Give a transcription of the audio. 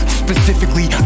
specifically